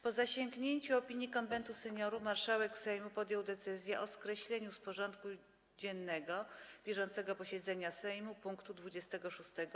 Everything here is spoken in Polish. Po zasięgnięciu opinii Konwentu Seniorów marszałek Sejmu podjął decyzję o skreśleniu z porządku dziennego bieżącego posiedzenia Sejmu punktu 26.